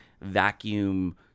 vacuum